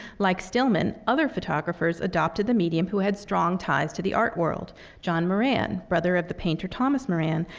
like stillman, other photographers adopted the medium who had strong ties to the art world john moran, brother of the painter thomas moran,